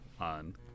on